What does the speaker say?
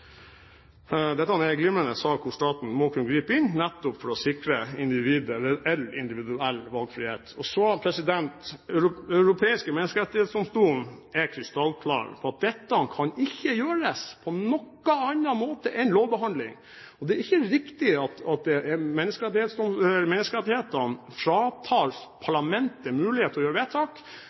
Dette er en glimrende sak hvor staten må kunne gripe inn, nettopp for å sikre individet en individuell valgfrihet. Så: Den europeiske menneskerettighetsdomstol er krystallklar på at dette ikke kan gjøres på noen annen måte enn ved lovbehandling. Og det er ikke riktig at menneskerettighetene fratar parlamentet mulighet til å gjøre vedtak,